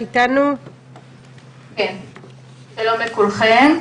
שלום לכולם.